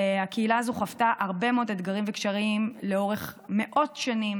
הקהילה הזו חוותה הרבה מאוד אתגרים וקשיים לאורך מאות השנים,